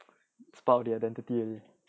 it's about the identity